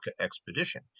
expedition